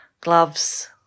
gloves